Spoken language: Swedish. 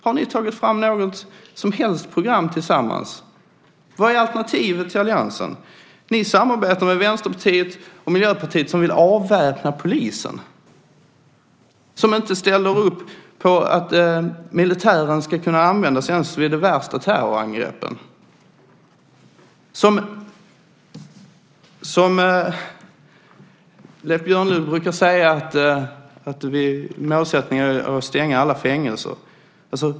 Har ni tagit fram något som helst program tillsammans? Vad är alternativet till alliansen? Ni samarbetar med Vänsterpartiet och Miljöpartiet, som vill avväpna polisen och som inte ställer upp på att militären ska kunna användas ens vid de värsta terrorangreppen. Leif Björnlod brukar säga att målsättningen är att stänga alla fängelser.